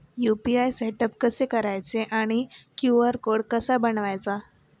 UPI setup कसे करायचे आणि क्यू.आर कोड कसा बनवायचा?